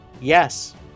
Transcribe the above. Yes